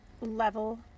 level